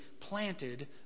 planted